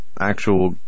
actual